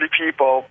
people